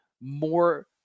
more